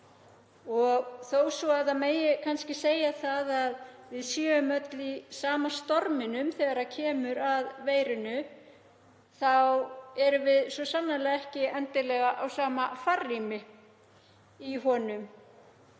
og þó svo að kannski megi segja að við séum öll í sama storminum þegar kemur að veirunni þá erum við svo sannarlega ekki endilega á sama farrými í bátnum.